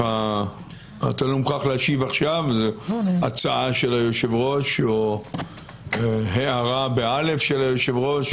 אתה לא מוכרח להשיב עכשיו להצעה של היושב-ראש או להערה של היושב-ראש,